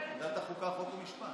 ועדת החוקה, חוק ומשפט.